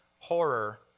horror